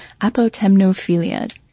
apotemnophilia